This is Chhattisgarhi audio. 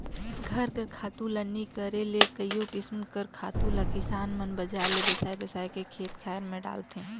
घर कर खातू ल नी करे ले कइयो किसिम कर खातु ल किसान मन बजार ले बेसाए बेसाए के खेत खाएर में डालथें